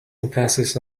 emphasis